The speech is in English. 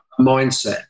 mindset